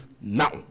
now